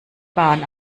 bahn